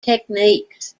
techniques